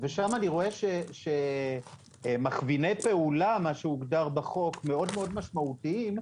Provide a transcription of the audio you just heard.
ושם אני רואה שמכווני פעולה מה שהוגדר בחוק מאוד משמעותיים,